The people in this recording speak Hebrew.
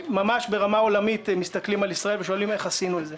ברמה העולמית מסתכלים על ישראל ושואלים איך עשינו את זה.